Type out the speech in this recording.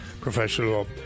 professional